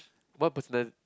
what personal